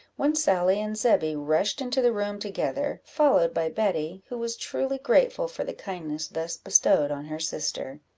when sally and zebby rushed into the room together, followed by betty, who was truly grateful for the kindness thus bestowed on her sister.